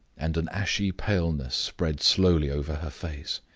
and an ashy paleness spread slowly over her face.